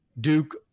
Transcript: Duke